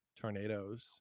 tornadoes